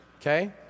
okay